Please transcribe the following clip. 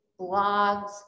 blogs